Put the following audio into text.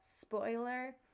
spoiler